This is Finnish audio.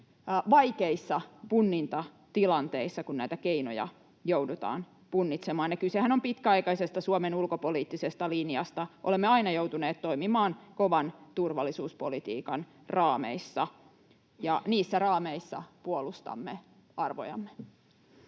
vaikeissa punnintatilanteissa silloin, kun näitä keinoja joudutaan punnitsemaan. Kysehän on pitkäaikaisesta Suomen ulkopoliittisesta linjasta. Olemme aina joutuneet toimimaan kovan turvallisuuspolitiikan raameissa, ja niissä raameissa puolustamme arvojamme.